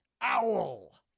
Owl